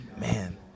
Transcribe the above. man